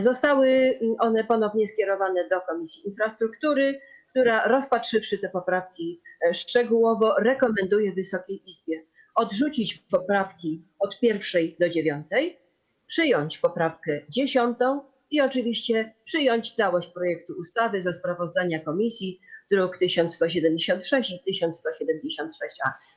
Zostały one ponownie skierowane do Komisji Infrastruktury, która rozpatrzywszy te poprawki szczegółowo, rekomenduje Wysokiej Izbie odrzucić poprawki od 1. do 9., przyjąć poprawkę 10. i oczywiście przyjąć całość projektu ustawy ze sprawozdania komisji, druki nr 1176 i 1176-A.